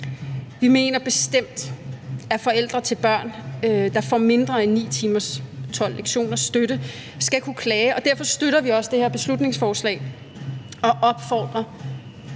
Vi mener bestemt, at forældre til børn, der får mindre end 9 timers eller 12 lektioners støtte, skal kunne klage, og derfor støtter vi også det her beslutningsforslag og opfordrer